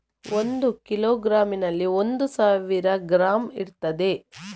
ಒಂದು ಕಿಲೋಗ್ರಾಂನಲ್ಲಿ ಒಂದು ಸಾವಿರ ಗ್ರಾಂ ಇರ್ತದೆ